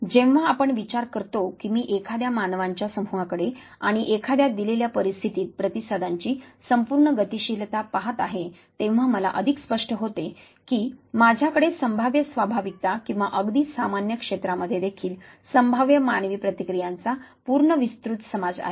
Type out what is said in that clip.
जेव्हा आपण विचार करतो की मी एखाद्या मानवांच्या समूहाकडे आणि एखाद्या दिलेल्या परिस्थितीत प्रतिसादांची संपूर्ण गतिशीलता पाहत आहे तेव्हा मला अधिक स्पष्ट होते की माझ्याकडे संभाव्य स्वाभाविकता किंवा अगदी सामान्य क्षेत्रामध्ये देखील संभाव्य मानवी प्रतिक्रियांचा पूर्ण विस्तृत समाज आहे